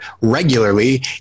regularly